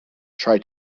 try